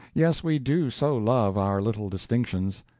yes, we do so love our little distinctions!